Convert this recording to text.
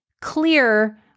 clear